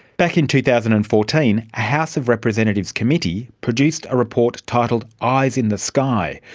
back in two thousand and fourteen, house of representatives committee produced a report titled eyes in the sky,